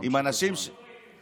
עם אנשים, סוף-סוף